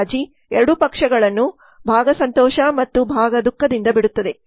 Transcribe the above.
ರಾಜಿ ಎರಡೂ ಪಕ್ಷಗಳನ್ನು ಭಾಗ ಸಂತೋಷ ಮತ್ತು ಭಾಗ ದುಃಖದಿಂದ ಬಿಡುತ್ತದೆ